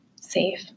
safe